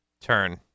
turn